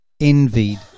envied